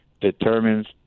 determines